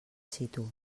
situ